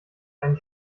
einen